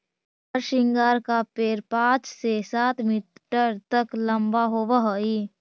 हरसिंगार का पेड़ पाँच से सात मीटर तक लंबा होवअ हई